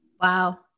Wow